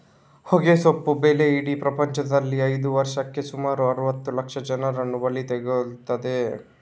ಹೊಗೆಸೊಪ್ಪು ಬೆಳೆ ಇಡೀ ಪ್ರಪಂಚದಲ್ಲಿ ಇದ್ದು ವರ್ಷಕ್ಕೆ ಸುಮಾರು ಅರುವತ್ತು ಲಕ್ಷ ಜನರನ್ನ ಬಲಿ ತಗೊಳ್ತದೆ